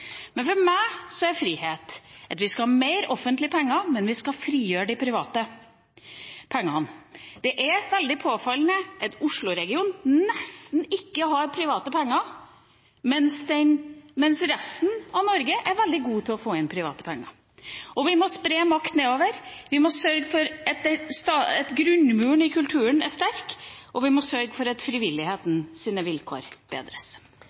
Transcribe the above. For meg er frihet at vi skal ha mer offentlige penger, men vi skal frigjøre de private pengene. Det er veldig påfallende at Oslo-regionen nesten ikke har private penger, mens resten av Norge er veldig gode til å få inn private penger. Vi må spre makt nedover. Vi må sørge for at grunnmuren i kulturen er sterk, og vi må sørge for at frivillighetens vilkår bedres.